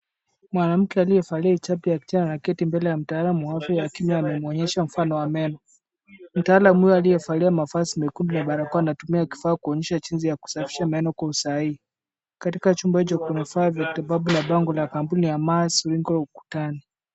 Mwanamke aliyevalia hijab ya kijani ameketi mbele ya mtaalam wa afya akiwa anamwonyesha mfano wa meno. Mtaalam huyo aliyevalia mavazi mekundu na barakoa anatumia kifaa kuonyesha jinsi ya kusafisha meno kwa usahihi. Katika chumba hicho kuna vifaa vya kitibabu na bango la kampuni ya Maas limewekwa ukutani.